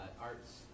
arts